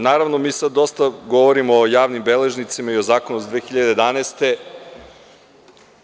Naravno, mi sada dosta govorimo o javnim beležnicima o zakonu iz 2011. godine.